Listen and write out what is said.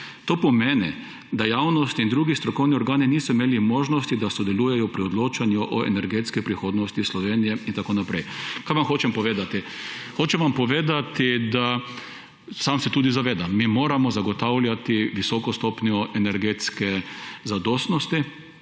»To pomeni, da javnost in drugi strokovni organi niso imeli možnosti, da sodelujejo pri odločanju o energetski prihodnosti Slovenije«. In tako naprej. Kaj vam hočem povedati? Hočem vam povedati, da sam se tudi zavedam, da mi moramo zagotavljati visoke stopnjo energetske zadostnosti